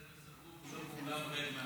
לשבת בחדר סגור ולא באולם ריק מאנשים.